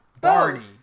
Barney